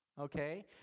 okay